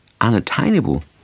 unattainable